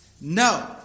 No